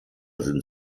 sind